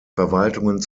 verwaltungen